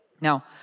Now